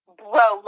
bro